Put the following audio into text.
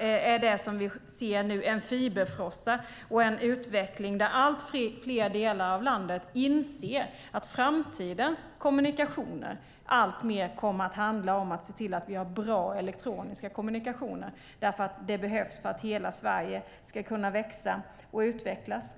är det vi ser nu en fiberfrossa och en utveckling där allt fler delar av landet inser att framtidens kommunikationer alltmer kommer att handla om att se till att vi har bra elektroniska kommunikationer, för det behövs för att hela Sverige ska kunna växa och utvecklas.